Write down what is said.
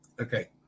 Okay